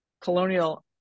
colonial